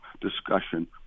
discussion